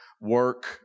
work